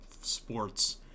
sports